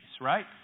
right